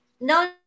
No